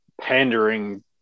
pandering